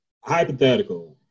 Hypothetical